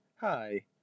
Hi